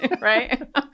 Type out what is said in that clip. right